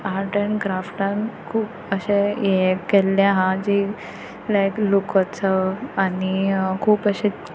आट एंड क्राफ्टान खूब अशें हें केल्लें आहा जी लायक लोकउत्सव आनी खूब अशेंत